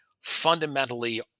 fundamentally